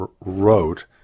wrote